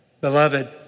Beloved